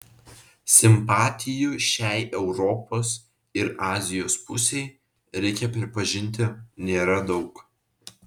simpatijų šiai europos ir azijos pusei reikia pripažinti nėra daug